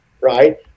Right